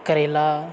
करेला